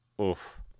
oof